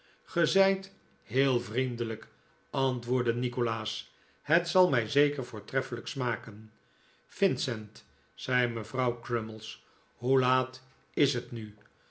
zijt heel vriendelijk antwoordde nikolaas het zal mij zeker voortreffelijk smaken vincent zei mevrouw crummies hoe laat is het nu